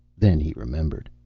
then he remembered.